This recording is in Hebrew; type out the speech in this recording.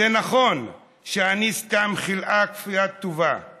// זה נכון שאני סתם חלאה כפוית טובה /